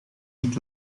niet